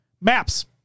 Maps